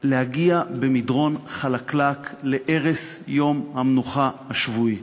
להגיע במדרון חלקלק להרס יום המנוחה השבועי.